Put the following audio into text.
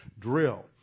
drill